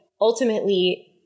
ultimately